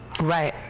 Right